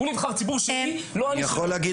הוא נבחר ציבור שלי ולא אני שלו.